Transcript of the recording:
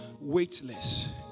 weightless